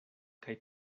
kaj